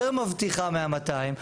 יותר מבטיחה מה-200,